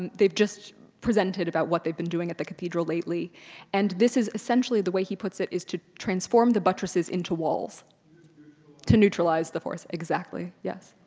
and they've just presented about what they've been doing at the cathedral lately and this is essentially the way he puts it is to transform the buttresses into walls to neutralize the force, exactly, yes.